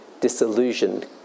disillusioned